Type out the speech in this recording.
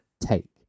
take